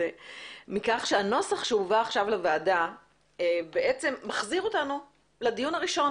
מכך שהנוסח שהובא עכשיו בפני הוועדה מחזיר אותנו לדיון הראשון